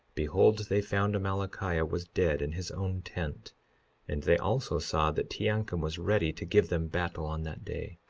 behold, they found amalickiah was dead in his own tent and they also saw that teancum was ready to give them battle on that day.